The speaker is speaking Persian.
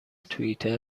توئیتر